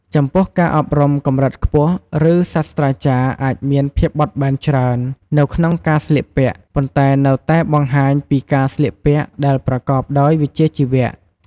ចំពោះការអប់រំកម្រិតខ្ពស់ ឬ សាស្ត្រាចារ្យអាចមានភាពបត់បែនច្រើននៅក្នុងការស្លៀកពាក់ ប៉ុន្តែនៅតែបង្ហាញពីការស្លៀកពាក់ដែលប្រកបដោយវិជ្ជាជីវៈ។